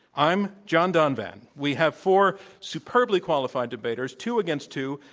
i'm john donvan. we have four superbly qualified debaters, two against two,